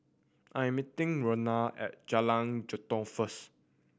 I am meeting Regina at Jalan Jelutong first